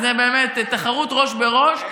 זה באמת תחרות ראש בראש.